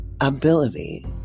ability